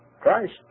Christ